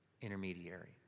intermediary